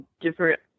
different